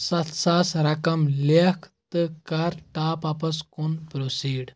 سَتھ ساس رقم لیٚکھ تہٕ کَر تا پاپَس کُن پروسیٖڈ